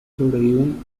sobreviven